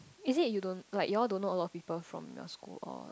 is it you don't like you all don't know a lot of people from your school or